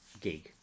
gig